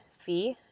fee